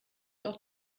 auch